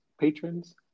Patrons